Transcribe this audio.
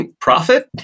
profit